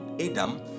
Adam